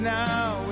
now